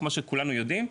כמו שכולנו יודעים,